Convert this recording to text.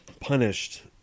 punished